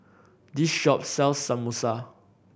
this shop sells Samosa